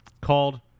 Called